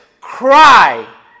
cry